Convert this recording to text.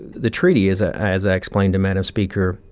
the treaty is, ah as i explained to madam speaker,